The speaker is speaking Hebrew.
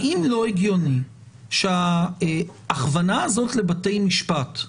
האם לא הגיוני שההכוונה הזאת לבתי משפט,